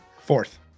Fourth